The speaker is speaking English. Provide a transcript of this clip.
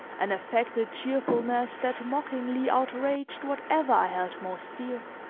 an affected cheerfulness that mockingly outraged whatever i held most dear.